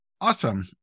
Awesome